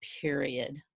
period